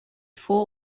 four